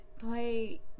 play